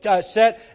set